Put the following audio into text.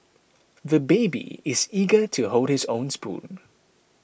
the baby is eager to hold his own spoon